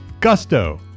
Gusto